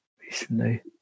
recently